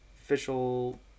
official